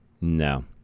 No